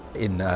in, ah.